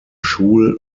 schul